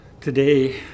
Today